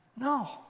No